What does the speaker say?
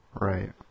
right